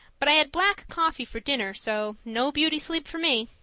but i had black coffee for dinner, so no beauty sleep for me!